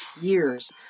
years